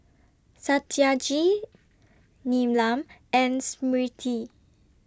Satyajit Neelam and Smriti